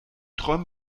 träum